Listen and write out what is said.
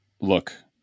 look